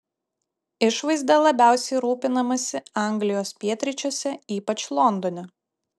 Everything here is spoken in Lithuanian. išvaizda labiausiai rūpinamasi anglijos pietryčiuose ypač londone